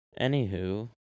Anywho